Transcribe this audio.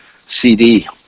CD